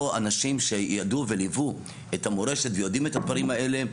אנשים שידעו וליוו את המורשת ויודעים את הדברים האלה,